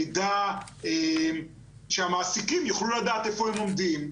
שנדע, שהמעסיקים יוכלו לדעת איפה הם עומדים.